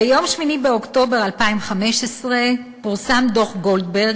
ביום 8 באוקטובר 2015 פורסם דוח גולדברג,